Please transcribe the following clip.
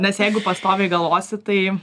nes jeigu pastoviai galvosi tai